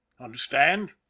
Understand